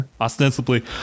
Ostensibly